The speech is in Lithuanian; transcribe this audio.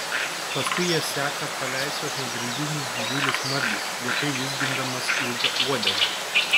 paskui jas seka paleistas nuo grandinės didžiulis margis lėtai vizgindamas ilgą uodegą